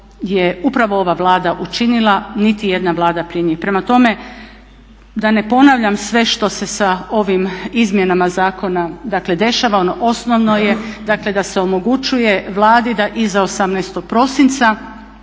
je upravo ova Vlada učinila, niti jedna Vlada prije nje. Prema tome da ne ponavljam sve što se sa ovim izmjenama zakona dakle dešava, ono osnovno je dakle da se omogućuje Vladi da iz 18. prosinca